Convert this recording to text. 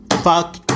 fuck